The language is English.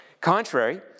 contrary